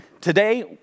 today